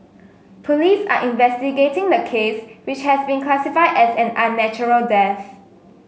police are investigating the case which has been classified as an unnatural death